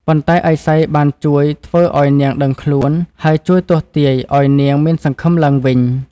ប៉ុន្តែឥសីបានជួយធ្វើឱ្យនាងដឹងខ្លួន ហើយជួយទស្សន៍ទាយឱ្យនាងមានសង្ឃឹមឡើងវិញ។